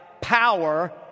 power